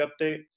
update